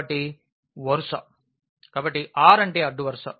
కాబట్టి వరుస R అంటే అడ్డు వరుస